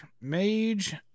Mage